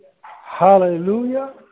Hallelujah